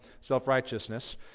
self-righteousness